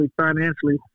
financially